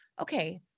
okay